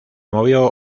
movió